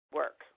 work